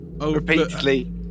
repeatedly